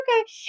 okay